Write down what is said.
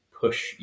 push